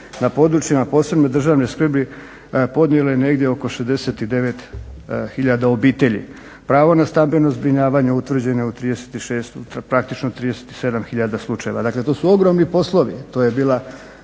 na područjima posebne državne skrbi podnijelo je negdje oko 69 hiljada obitelji. Pravo na stambeno zbrinjavanje utvrđeno je u 36, praktično 37 hiljada slučaja. Dakle to su ogromni poslovi, to su bila